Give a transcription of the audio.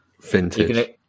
Vintage